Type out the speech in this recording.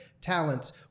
talents